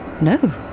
No